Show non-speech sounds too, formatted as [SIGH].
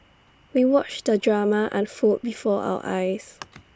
we watched the drama unfold before our eyes [NOISE]